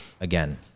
Again